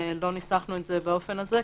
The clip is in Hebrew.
לא ניסחנו באופן הזה,